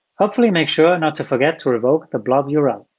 hopefully make sure not to forget to revoke the blob url.